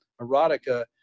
erotica